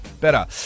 Better